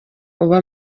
uba